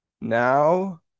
now